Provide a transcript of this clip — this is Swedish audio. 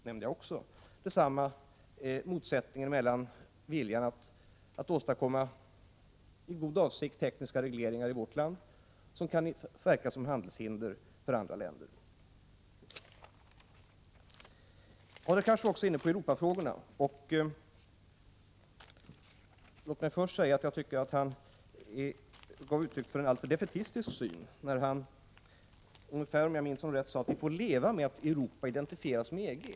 Vår vilja att i god avsikt åstadkomma tekniska regleringar i vårt land kan samtidigt verka som handelshinder för andra länder. Hadar Cars var också inne på Europafrågorna. Låt mig först säga att jag tycker att han gav uttryck för en alltför defaitistisk syn. Om jag minns rätt sade han att vi får leva med att Europa i den övriga världen identifieras med EG.